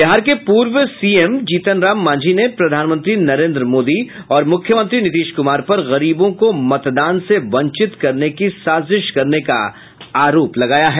बिहार के पूर्व सीएम जीतन राम मांझी ने प्रधानमंत्री नरेंद्र मोदी और मुख्यमंत्री नीतीश कुमार पर गरीबों को मतदान से वंचित करने की साजिश करने का आरोप लगाया है